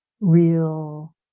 real